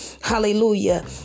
Hallelujah